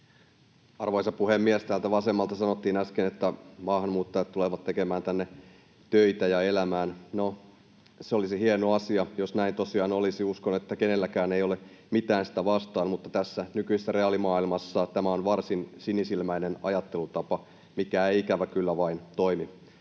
Arvoisa puhemies! Tuolta vasemmalta sanottiin äsken, että maahanmuuttajat tulevat tekemään tänne töitä ja elämään. No, se olisi hieno asia, jos näin tosiaan olisi, ja uskon, että kenelläkään ei ole mitään sitä vastaan, mutta tässä nykyisessä reaalimaailmassa tämä on varsin sinisilmäinen ajattelutapa, mikä ei ikävä kyllä vain toimi.